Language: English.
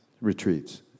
Retreats